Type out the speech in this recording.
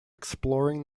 exploring